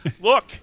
Look